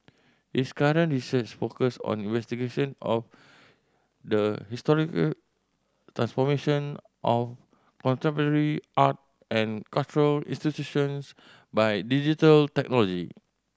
his current research focuse on investigation of the historical transformation of contemporary art and cultural institutions by digital technology